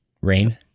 Rain